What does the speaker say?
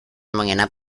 menginap